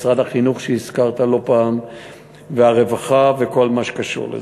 משרד החינוך שהזכרת לא פעם והרווחה וכל מה שקשור לזה.